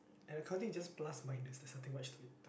and accounting is just plus minus that's something what to do it